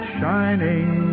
shining